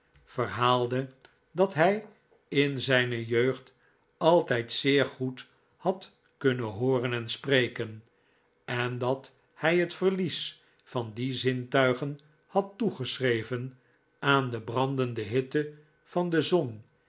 verhaalde dat hij in zijne jeugd altijd zeer goed had kunnen hooren en spreken en dat hy het verlies van die zintuigen had toegeschreven aan de brandende hitte van de zon